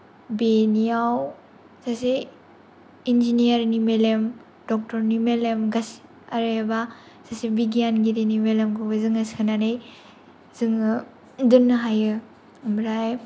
बेनियाव सासे इन्जिनायारनि मेलेम डक्टरनि मेलेम गासै आरो एबा सासे बिगियानगिरिनि मेलेमखौबो जोङो सोनानै जोङो दोननो हायो ओमफ्राय